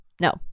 No